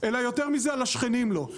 אלא יותר מזה על השכנים לו.